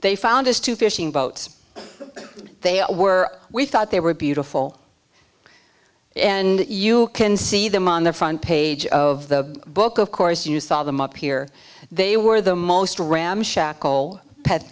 they found us two fishing boat they were we thought they were beautiful and you can see them on the front page of the book of course you saw them up here they were the most ram